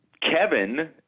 kevin